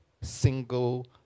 single